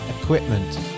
equipment